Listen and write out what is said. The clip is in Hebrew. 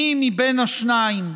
מי מבין השניים,